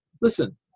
listen